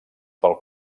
pel